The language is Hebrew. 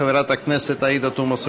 חברי הכנסת, שאילתות דחופות על